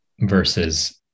versus